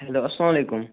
hello اَسلام علیکُم